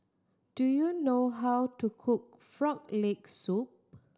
do you know how to cook Frog Leg Soup